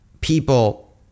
people